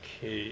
okay